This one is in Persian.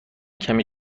کمی